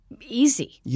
easy